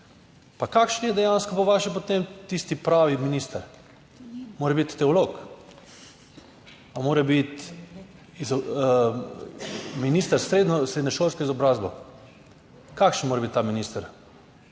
Pa kakšen je dejansko, po vaše potem tisti pravi minister? Mora biti teolog, pa mora biti minister s srednješolsko izobrazbo. Kakšen mora biti ta minister?